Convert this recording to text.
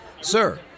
Sir